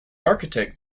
architect